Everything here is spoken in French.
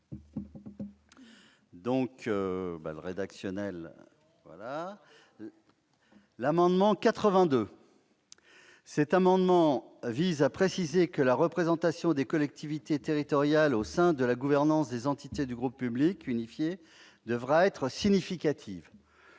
un avis défavorable sur cet amendement. L'amendement n° 82 vise à préciser que la représentation des collectivités territoriales au sein de la gouvernance des entités du groupe public unifié devra être « significative